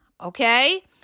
Okay